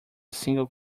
single